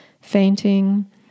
fainting